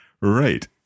right